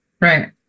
right